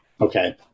Okay